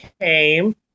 came